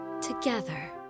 together